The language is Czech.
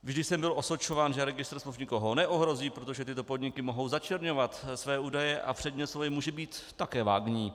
Vždy jsem byl osočován, že registr smluv nikoho neohrozí, protože tyto podniky mohou začerňovat své údaje a předmět smlouvy může být také vágní.